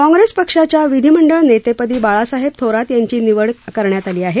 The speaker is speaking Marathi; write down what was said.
काँग्रेस पक्षाच्या विधिमंडळ नेतेपदी बाळासाहेब थोरात यांची निवड करण्यात आली आहे